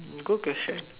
good question